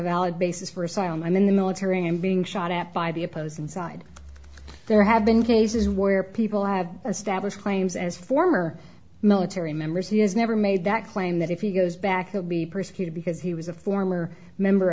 valid basis for asylum in the military and being shot at by the opposing side there have been cases where people have established claims as former military members he has never made that claim that if he goes back you'll be persecuted because he was a former member